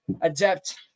adapt